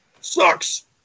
sucks